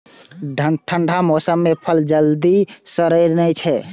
ठंढा मौसम मे फल जल्दी सड़ै नै छै